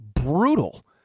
brutal